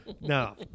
No